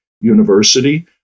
university